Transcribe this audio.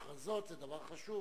הכרזות זה דבר חשוב,